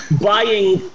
buying